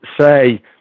say